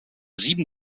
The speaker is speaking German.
sieben